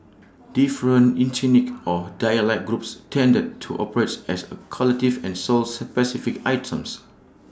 different ethnic or dialect groups tended to operates as A collective and sold specific items